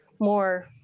more